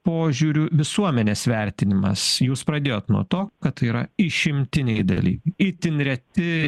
požiūriu visuomenės vertinimas jūs pradėjot nuo to kad yra išimtiniai daly itin reti